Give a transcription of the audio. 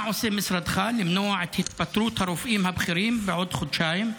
מה עושה משרדך כדי למנוע את התפטרות הרופאים הבכירים בעוד חודשיים,